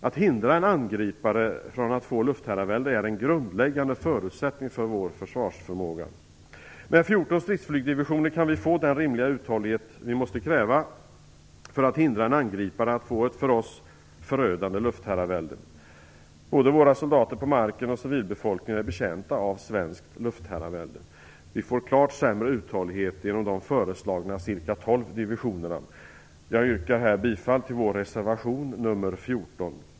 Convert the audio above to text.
Att hindra en angripare från att få luftherravälde är en grundläggande förutsättning för vår försvarsförmåga. Med 14 stridsflygdivisioner kan vi få den rimliga uthållighet vi måste kräva för att hindra en angripare från att få ett för oss förödande luftherravälde. Både våra soldater på marken och civilbefolkningen är betjänta av svenskt luftherravälde. Vi får klart sämre uthållighet genom de föreslagna ca 12 divisionerna. Jag yrkar bifall till vår reservation nr 14.